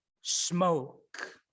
smoke